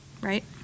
right